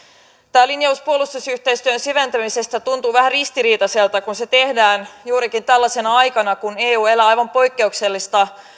tämä linjaus puolustusyhteistyön syventämisestä tuntuu vähän ristiriitaiselta kun se tehdään juurikin tällaisena aikana kun eu elää aivan poikkeuksellista